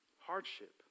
hardship